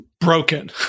broken